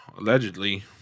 Allegedly